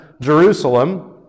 Jerusalem